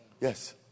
Yes